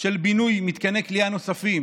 של בינוי מתקני כליאה נוספים